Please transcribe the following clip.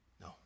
No